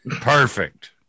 Perfect